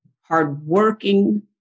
hardworking